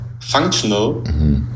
functional